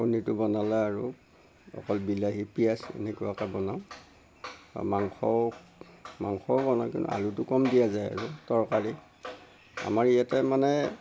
পনীৰটো বনালে আৰু অকল বিলাহী পিঁয়াজ এনেকুৱাকৈ বনাওঁ আৰু মাংস মাংসও বনাওঁ কিন্তু আলুটো কম দিয়া যায় আৰু তৰকাৰি আমাৰ ইয়াতে মানে